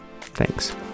Thanks